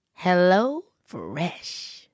HelloFresh